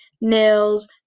nails